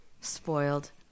Spoiled